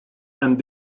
and